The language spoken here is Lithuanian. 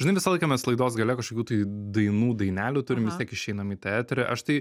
žinai visą laiką mes laidos gale kažkokių tai dainų dainelių turim vis tiek išeinam į tą eterį aš tai